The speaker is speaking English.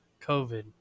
COVID